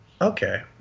okay